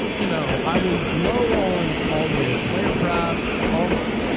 you know, i was low on all the player props, all the,